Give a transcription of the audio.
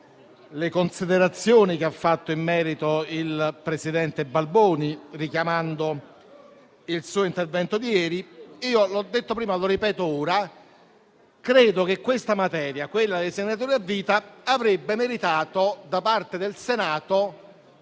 le considerazioni fatte in merito dal presidente Balboni, richiamando il suo intervento di ieri. Io l'ho detto prima e lo ripeto ora. Credo che questa materia, quella dei senatori a vita, avrebbe meritato, da parte del Senato,